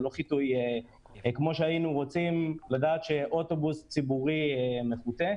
זה לא חיטוי כמו שהיינו רוצים לדעת שאוטובוס ציבורי מחוטא.